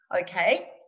okay